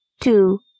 two